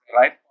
right